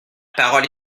parole